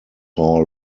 hall